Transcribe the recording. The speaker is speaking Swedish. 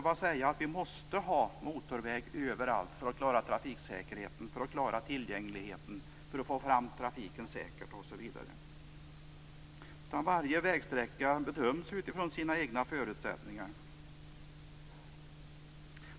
Vi måste inte ha motorväg överallt för att klara trafiksäkerheten och tillgängligheten, för att få fram trafiken säkert osv. Varje vägsträcka bedöms utifrån sina egna förutsättningar.